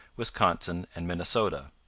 wisconsin, and minnesota.